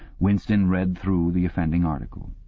winston read through the offending article.